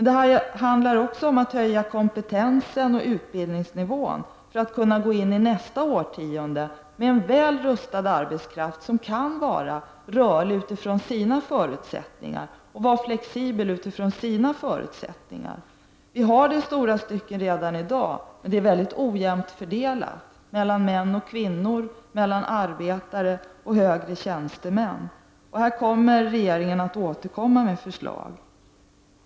Det handlar också om att höja kompetensen och utbildningsnivån för att kunna gå in i nästa årtionde med en väl rustad arbetskraft som kan vara rörlig och flexibel utifrån dess egna förutsättningar. Vi har i stora stycken uppnått detta redan i dag, men det är mycket ojämnt fördelat mellan män och kvinnor och mellan arbetare och högre tjänstemän. Regeringen kommer att återkomma med förslag på detta område.